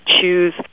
choose